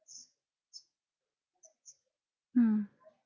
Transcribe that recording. mm